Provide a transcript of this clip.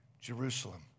Jerusalem